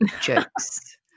jokes